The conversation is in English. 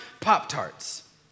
Pop-Tarts